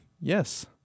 yes